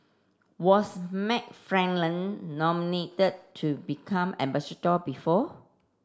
was McFarland nominated to become ambassador before